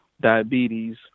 diabetes